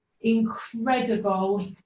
incredible